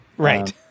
Right